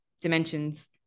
dimensions